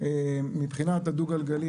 מבחינת הדו גלגלי,